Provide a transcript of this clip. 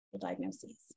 diagnoses